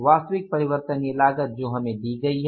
वास्तविक परिवर्तनीय लागत जो हमें दी गई है